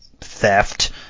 theft